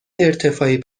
ارتفاعی